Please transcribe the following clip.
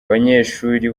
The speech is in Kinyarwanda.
abanyeshuri